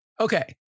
Okay